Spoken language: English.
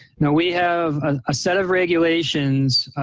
now we have a set of regulations,